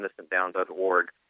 InnocentDown.org